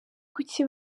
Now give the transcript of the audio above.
kuki